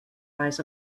eyes